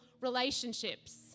relationships